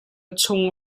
chung